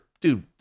dude